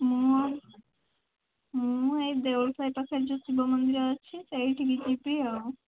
ମୁଁ ମୁଁ ହେଇ ଦେଉଳ ସାହି ପାଖରେ ଯେଉଁ ଶିବ ମନ୍ଦିର ଅଛି ସେଇଠିକି ଯିବି ଆଉ